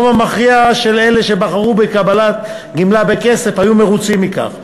הרוב המכריע של אלה שבחרו בקבלת גמלה בכסף היו מרוצים מכך.